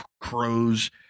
crows